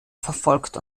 verfolgt